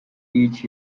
each